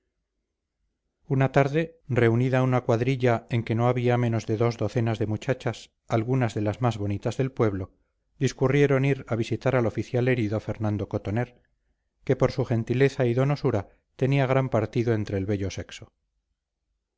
una tarde reunida una cuadrilla en que no había menos de dos docenas de muchachas algunas de las más bonitas del pueblo discurrieron ir a visitar al oficial herido fernando cotoner que por su gentileza y donosura tenía gran partido entre el bello sexo